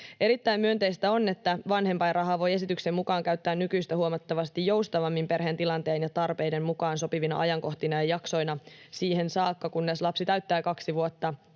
Erittäin myönteistä on, että vanhempainrahaa voi esityksen mukaan käyttää nykyistä huomattavasti joustavammin perheen tilanteen ja tarpeiden mukaan sopivina ajankohtina ja ‑jaksoina siihen saakka, kunnes lapsi täyttää kaksi vuotta